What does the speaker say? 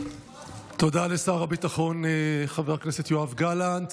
תודה לשר הביטחון חבר הכנסת יואב גלנט.